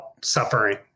suffering